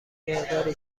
مقداری